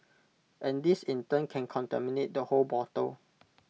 and this in turn can contaminate the whole bottle